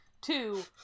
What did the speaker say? two